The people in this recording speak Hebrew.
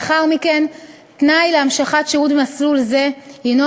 לאחר מכן תנאי להמשכת שירות במסלול זה הִנו